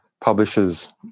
publishers